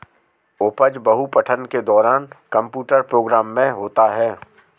उपज बहु पठन के दौरान कंप्यूटर प्रोग्राम में होता है